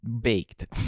baked